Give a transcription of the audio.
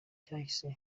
cyahise